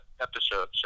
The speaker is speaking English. episode